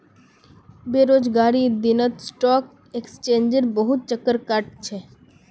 बेरोजगारीर दिनत स्टॉक एक्सचेंजेर बहुत चक्कर काट छ